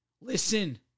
listen